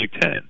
Ten